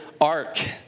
ark